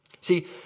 See